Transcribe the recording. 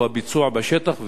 הוא הביצוע בשטח,